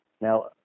Now